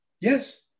Yes